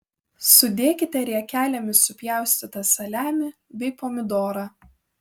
sudėkite riekelėmis supjaustytą saliamį bei pomidorą